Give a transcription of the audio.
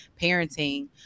parenting